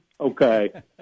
okay